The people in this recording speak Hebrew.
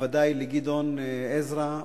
ובוודאי לגדעון עזרא,